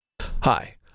Hi